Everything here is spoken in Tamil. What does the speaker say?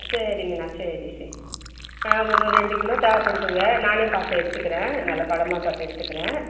சரிங்கண்ணா சரி சரி ஆ ஒரு ரெண்டு கிலோ தேவைப்படுத்துங்க நானே பார்த்து எடுத்துக்கிறேன் நல்ல பழமா பார்த்து எடுத்துக்கிறேன்